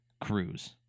cruise